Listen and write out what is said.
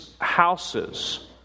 houses